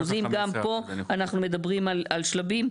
גם פה אנחנו מדברים על שלבים,